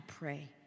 pray